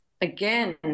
Again